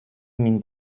mit